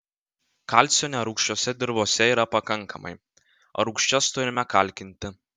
kalcio nerūgščiose dirvose yra pakankamai o rūgščias turime kalkinti